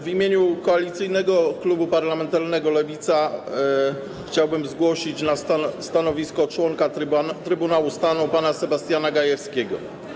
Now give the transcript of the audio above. W imieniu Koalicyjnego Klubu Parlamentarnego Lewicy chciałbym zgłosić na stanowisko członka Trybunału Stanu pana Sebastiana Gajewskiego.